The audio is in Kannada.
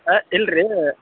ಏಯ್ ಇಲ್ಲ ರೀ